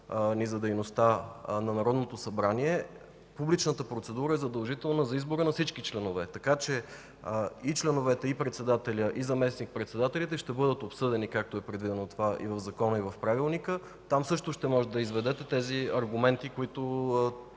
и дейността на Народното събрание, публичната процедура е задължителна за избора на всички членове. Така че и членовете, и председателят, и заместник-председателите ще бъдат обсъдени, както е предвидено и в Закона, и в Правилника. Там също ще може да изведете тези аргументи, които